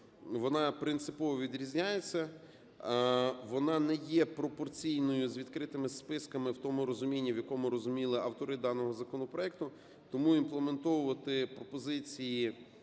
вона принципово відрізняється. Вона не є пропорційною з відкритими списками в тому розумінні, в якому розуміли автори даного законопроекту. Тому імплементовувати пропозиції,